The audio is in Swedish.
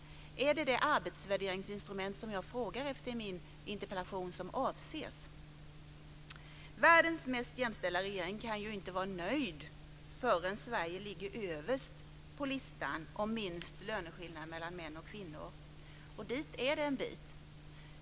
Är det det arbetsvärderingsinstrument som jag frågar efter i min interpellation som avses? Världens mest jämställda regeringen kan ju inte vara nöjd förrän Sverige ligger överst på listan över minst löneskillnader mellan män och kvinnor, och dit är det en bit.